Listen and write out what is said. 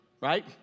right